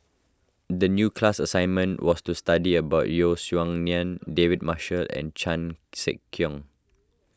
the new class assignment was to study about Yeo Song Nian David Marshall and Chan Sek Keong